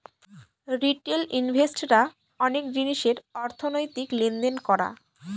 retail invest রা অনেক জিনিসের অর্থনৈতিক লেনদেন করা